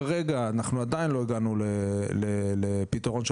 כרגע אנחנו עדיין לא הגענו לפתרון של